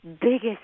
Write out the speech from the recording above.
biggest